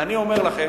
ואני אומר לכם,